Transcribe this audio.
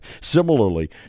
Similarly